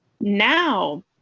now